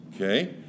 okay